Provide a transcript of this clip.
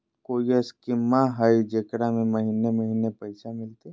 कोइ स्कीमा हय, जेकरा में महीने महीने पैसा मिलते?